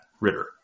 Ritter